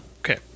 Okay